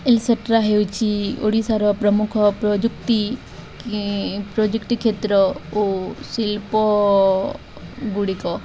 et cetera ହେଉଛି ଓଡ଼ିଶାର ପ୍ରମୁଖ ପ୍ରଯୁକ୍ତି ପ୍ରଯୁକ୍ତି କ୍ଷେତ୍ର ଓ ଶିଳ୍ପ ଗୁଡ଼ିକ